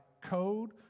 code